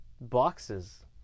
boxes